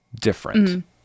different